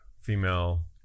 female